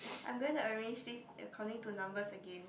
I'm gonna arrange this according to numbers again